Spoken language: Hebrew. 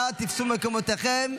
נא תפסו מקומותיכם.